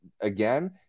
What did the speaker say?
again